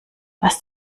was